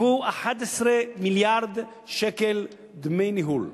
11 מיליארד שקל דמי ניהול.